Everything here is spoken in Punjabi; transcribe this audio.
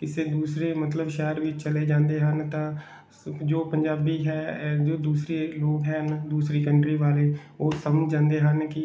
ਕਿਸੇ ਦੂਸਰੇ ਮਤਲਬ ਸ਼ਹਿਰ ਵਿੱਚ ਚਲੇ ਜਾਂਦੇ ਹਨ ਤਾਂ ਜੋ ਪੰਜਾਬੀ ਹੈ ਜੋ ਦੂਸਰੇ ਲੋਕ ਹਨ ਦੂਸਰੀ ਕੰਟਰੀ ਵਾਲੇ ਉਹ ਸਮਝ ਜਾਂਦੇ ਹਨ ਕਿ